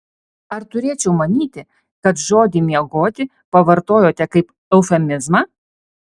ar turėčiau manyti kad žodį miegoti pavartojote kaip eufemizmą